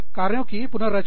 कार्यों की पुनर्रचना